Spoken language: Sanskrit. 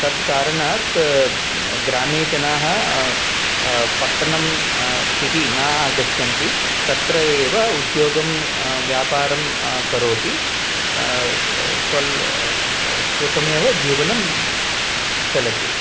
तत् कारणात् ग्रामे जनाः पट्टनं सिटि न आगच्छन्ति तत्र एव उद्योगं व्यापारं करोति त स्वल्पं सुखमेव जीवनं च चलति